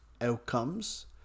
outcomes